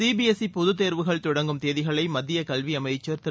C B S E பொதுத் தேர்வுகள் தொடங்கும் தேதிகளை மத்திய கல்வி அமைச்சர் திரு